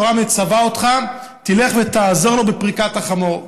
התורה מצווה אותך ללכת ולעזור לו בפריקת החמור.